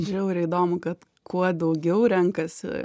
žiauriai įdomu kad kuo daugiau renkasi